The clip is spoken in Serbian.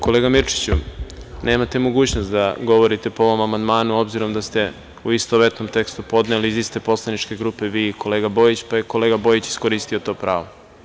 Kolega Mirčiću, nemate mogućnost da govorite po ovom amandmanu, obzirom da ste u istovetnom tekstu podneli iz iste poslaničke grupe, vi i kolega Bojić, pa je kolega Bojić iskoristio to pravo.